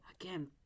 Again